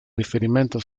riferimento